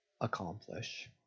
accomplish